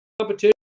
competition